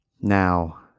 Now